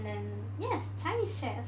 then yes chinese chess